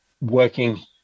working